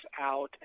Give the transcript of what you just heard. out